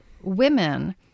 women